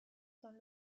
son